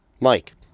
Mike